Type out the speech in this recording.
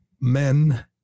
men